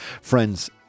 Friends